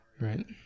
right